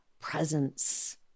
presence